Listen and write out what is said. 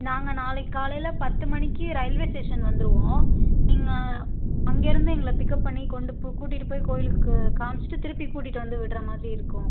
நாங்கள் நாளைக்கு காலையில் பத்து மணிக்கு ரயில்வே ஸ்டேஷன் வந்துருவோம் நீங்கள் அங்கிருந்து எங்களை பிக்அப் பண்ணி கொண்டு போ கூட்டிகிட்டு போய் கோயிலுக்கு காமிச்சிட்டு திருப்பி கூட்டிகிட்டு வந்து விடுகிற மாதிரி இருக்கும்